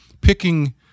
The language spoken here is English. picking